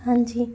ਹਾਂਜੀ